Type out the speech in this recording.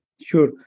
Sure